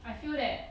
I feel that